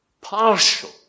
partial